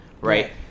right